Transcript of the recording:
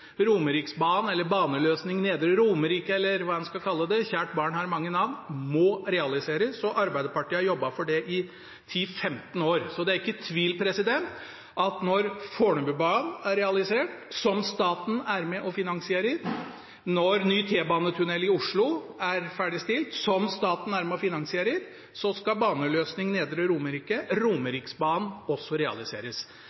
Romeriksbanen, eller baneløsning Nedre Romerike eller hva en skal kalle den – kjært barn har mange navn – må realiseres, og Arbeiderpartiet har jobbet for det i 10–15 år. Det er ikke tvil om at når Fornebubanen er realisert, som staten er med og finansierer, når ny T-banetunnel i Oslo er ferdigstilt, som staten er med og finansierer, skal baneløsning Nedre Romerike,